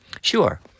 Sure